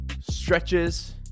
stretches